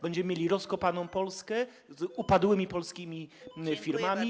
Będziemy mieli rozkopaną Polskę z upadłymi polskimi firmami.